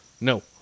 No